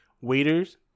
waiters